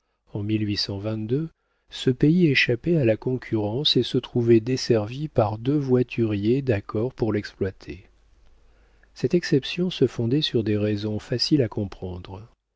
en ce pays échappait à la concurrence et se trouvait desservi par deux voituriers d'accord pour l'exploiter cette exception se fondait sur des raisons faciles à comprendre